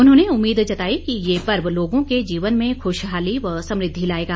उन्होंने उम्मीद जताई कि ये पर्व लोगों के जीवन में खुशहाली व समृद्धि लाएगा